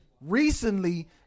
Recently